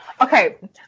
Okay